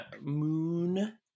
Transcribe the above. Moon